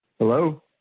hello